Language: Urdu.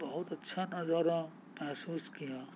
بہت اچھا نظارہ محسوس کیا